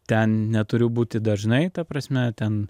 ten neturiu būti dažnai ta prasme ten